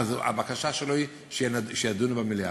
הבקשה שלו היא שידונו במליאה.